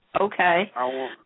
okay